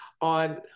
on